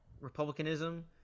Republicanism